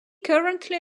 currently